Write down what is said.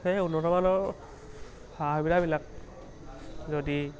সেই উন্নত মানৰ সা সুবিধাবিলাক যদি